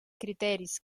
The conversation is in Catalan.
criteris